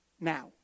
now